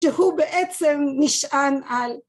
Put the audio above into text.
‫שהוא בעצם נשען על.